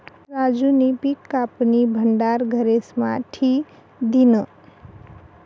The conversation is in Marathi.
राजूनी पिक कापीन भंडार घरेस्मा ठी दिन्हं